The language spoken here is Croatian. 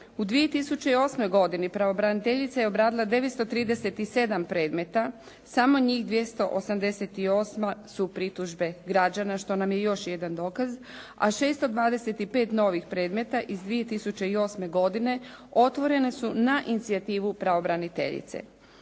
U 2008. godini pravobraniteljica je obradila 937 predmeta. Samo njih 288 su pritužbe građana, što nam je još jedan dokaz, a 625 novih predmeta iz 2008. godine otvorene su na inicijativu pravobraniteljice.